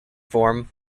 form